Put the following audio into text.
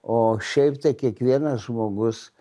o šiaip tai kiekvienas žmogus